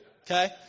okay